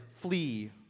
flee